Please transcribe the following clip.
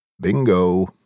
Bingo